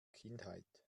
kindheit